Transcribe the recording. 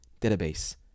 database